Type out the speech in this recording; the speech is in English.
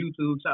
YouTube